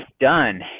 done